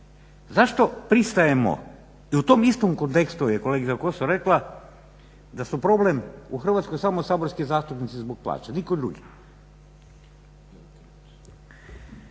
Zašto pristajemo, i u tom istom kontekstu je kolegica Kosor rekla da su problem u Hrvatskoj samo saborski zastupnici zbog plaća, nitko drugi.